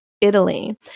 Italy